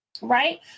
right